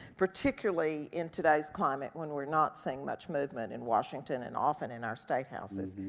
particularly in today's climate when we're not seeing much movement in washington and often in our statehouses,